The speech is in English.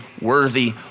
worthy